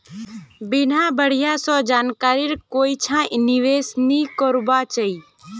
बिना बढ़िया स जानकारीर कोइछा निवेश नइ करबा चाई